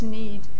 need